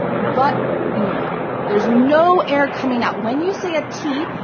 but there's no air coming out. when you say a t,